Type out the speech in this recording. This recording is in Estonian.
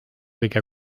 kõige